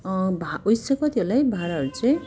भए उयो चाहिँ कति होला भाडाहरू चाहिँ